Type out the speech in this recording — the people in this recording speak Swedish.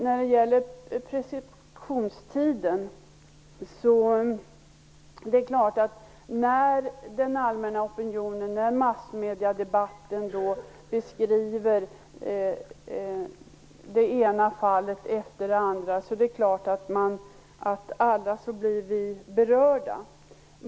När den allmänna opionen och massmediedebatten beskriver det ena fallet efter det andra är det klart att vi alla blir berörda.